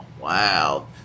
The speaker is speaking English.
wow